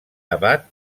abat